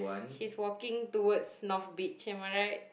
she's walking towards north beach am I right